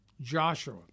Joshua